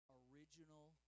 original